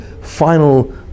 final